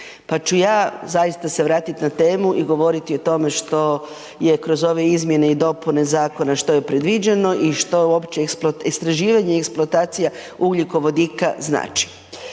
pa ću ja zaista se vratiti na temu i govoriti o tome što je kroz ove izmjene i dopune zakona, što je predviđeno i što uopće istraživanje i eksploatacija ugljikovodika znači.